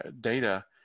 data